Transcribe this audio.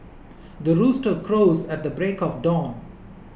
the rooster crows at the break of dawn